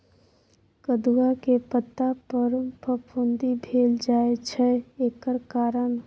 कदुआ के पता पर फफुंदी भेल जाय छै एकर कारण?